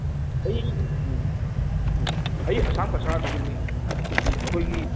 ꯑꯩ ꯎꯝ ꯎꯝ ꯑꯩ ꯑꯁꯥꯝ ꯀꯁꯥꯔꯗꯒꯤꯅꯤ ꯑꯩꯁꯤ ꯑꯩꯈꯣꯏꯒꯤ